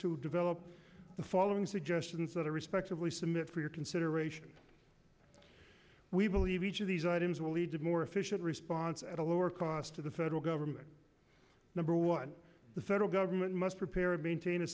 to develop the following suggestions that are respectively submit for your consideration we believe each of these items will lead to more efficient response at a lower cost to the federal government number one the federal government must prepare and maintain a